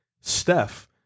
Steph